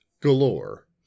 galore